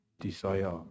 desire